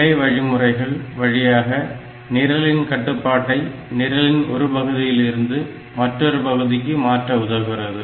கிளை வழிமுறைகள் வழியாக நிரலின் கட்டுப்பாட்டை நிரலின் ஒரு பகுதியிலிருந்து மற்றொரு பகுதிக்கு மாற்ற உதவுகிறது